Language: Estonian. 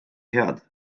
head